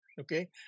okay